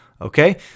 Okay